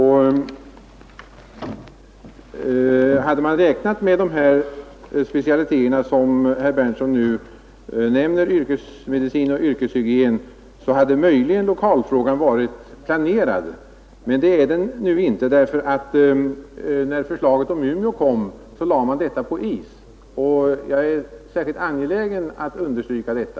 Hade man räknat med de specialiteter som herr Berndtson nu nämner — yrkesmedicin och yrkeshygien — hade man möjligen kunnat planera lokalerna på annat sätt, men det har man nu inte gjort. När förslaget om Umeå kom lade man nämligen planerna på is. Jag är särskilt angelägen om att understryka detta.